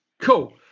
Cool